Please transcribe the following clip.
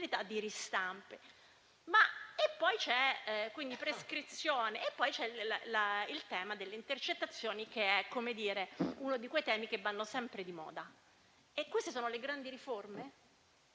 di ristampe. C'è poi il tema delle intercettazioni, che è uno di quei temi che vanno sempre di moda. E queste sono le grandi riforme?